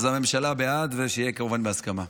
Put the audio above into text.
אז הממשלה בעד, ושיהיה כמובן בהסכמה.